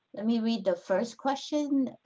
let me read the first question,